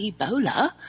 Ebola